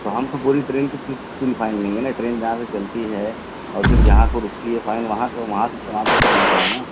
تو ہم تو پوری ٹرین کی پھر پوری فائن لیں گے نا ٹرین جہاں سے چلتی ہے اور پھر جہاں کو رکتی ہے فائن وہاں سے وہاں سے وہاں تک کا بنتا ہے نا